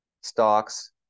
stocks